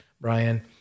Brian